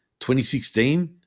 2016